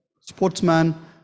sportsman